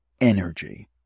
energy